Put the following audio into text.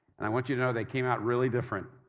and i want you to know they came out really different.